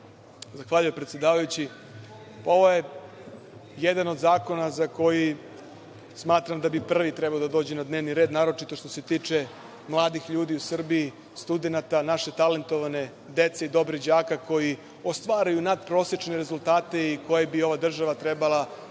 Zahvaljujem, predsedavajući. Ovo je jedan od zakona za koji smatram da bi prvi trebao da dođe na dnevni red, naročito što se tiče mladih ljudi u Srbiji, studenata, naše talentovane dece i dobrih đaka koji ostvaruju natprosečne rezultate i koje bi ova država trebala da